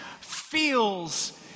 feels